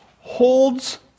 holds